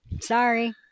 sorry